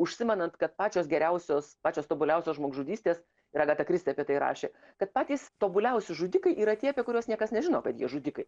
užsimenant kad pačios geriausios pačios tobuliausios žmogžudystės ir agata kristi apie tai rašė kad patys tobuliausi žudikai yra tie apie kuriuos niekas nežino kad jie žudikai